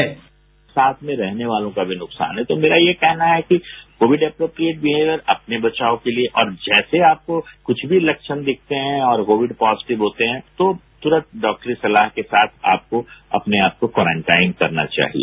sound bite साथ में रहने वालों का भी नुकसान है तो मेरा ये कहना है कि कोविड एप्रोप्रिएट बिहेवियर अपने बचाव के लिए और जैसे आपको कृष्ठ भी लक्षण दिखते हैं और कोविड पॉजिटिव होते हैं तो तूरंत डॉक्टरी सलाह के साथ आपको अपने आपको क्वारटाईन करना चाहिए